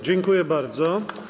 Dziękuję bardzo.